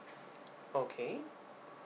okay